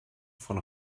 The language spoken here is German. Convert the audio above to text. von